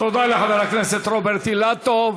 תודה לחבר הכנסת רוברט אילטוב.